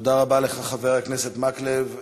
תודה רבה לך, חבר הכנסת מקלב.